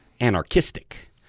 anarchistic